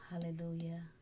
Hallelujah